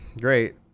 great